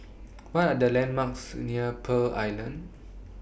What Are The landmarks near Pearl Island